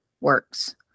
works